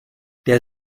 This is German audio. der